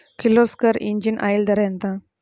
Kirloskar engine oil ధర ఎంత?